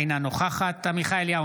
אינה נוכחת עמיחי אליהו,